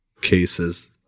cases